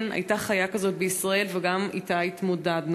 כן, הייתה חיה כזאת בישראל, וגם אתה התמודדנו.